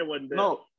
no